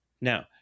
Now